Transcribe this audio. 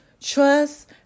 Trust